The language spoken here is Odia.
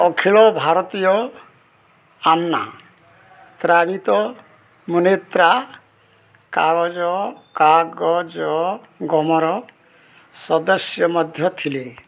ଅଖିଳ ଭାରତୀୟ ଆନ୍ନା ତ୍ରାବିତ ମୁନେତ୍ରା କାଗଜ କାଗଜଗମର ସଦସ୍ୟ ମଧ୍ୟ ଥିଲେ